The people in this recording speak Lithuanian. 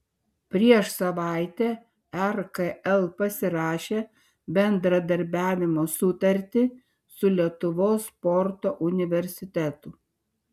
prieš savaitę rkl pasirašė bendradarbiavimo sutartį su lietuvos sporto universitetu